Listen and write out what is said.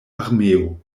armeo